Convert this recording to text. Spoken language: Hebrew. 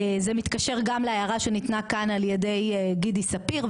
זה מתקשר גם להערה שניתנה כאן על ידי גידי ספיר,